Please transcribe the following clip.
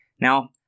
Now